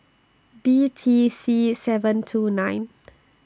B T C seven two nine